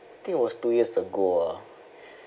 think it was two years ago ah